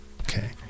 okay